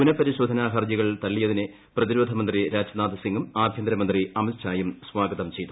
പുനപരിശോധന ഹർജികൾ തളളിയതിനെ പ്രതിരോധമന്ത്രി രാജ്നാഥ് സിംഗും ആഭ്യന്തരമന്ത്രി അമിത്ഷായും സ്വാഗതം ചെയ്തു